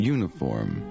Uniform